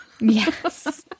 Yes